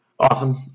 Awesome